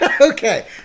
Okay